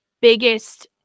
biggest